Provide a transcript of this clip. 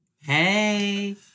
Hey